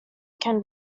can